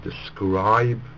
describe